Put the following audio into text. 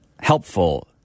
helpful